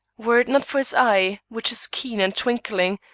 were it not for his eye, which is keen and twinkling,